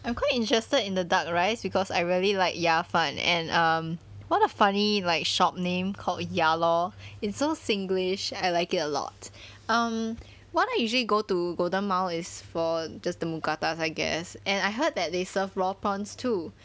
I'm quite interested in the duck rice because I really like 鸭饭 and um what a funny like shop name called yaloh it's so singlish I like it a lot um what I usually go to golden mile is for just the mookata I guess and I heard that they serve raw prawns too